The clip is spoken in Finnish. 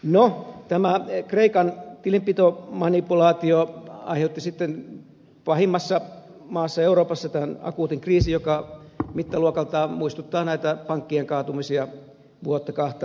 no tämä kreikan tilinpitomanipulaatio aiheutti sitten pahimmassa maassa euroopassa tämän akuutin kriisin joka mittaluokaltaan muistuttaa näitä pankkien kaatumisia vuotta kahta aikaisemmin